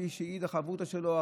כפי שהעיד החברותא שלו.